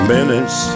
Minutes